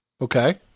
Okay